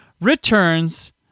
returns